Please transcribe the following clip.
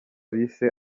bise